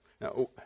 Now